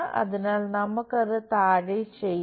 അതിനാൽ നമുക്ക് അത് താഴെ ചെയ്യാം